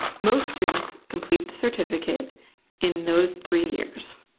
most students complete the certificate in those three years.